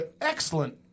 excellent